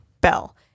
Bell